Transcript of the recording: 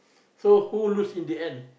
so who lose in the end